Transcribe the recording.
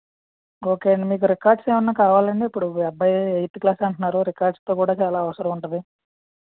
okay అండి మీకు records ఏమైనా కావాలాండి ఇప్పుడు మీ అబ్బాయి ఎయిత్ క్లాస్ అంటున్నారు రికార్డ్స్తో కూడా చాలా అవసరం ఉంటుంది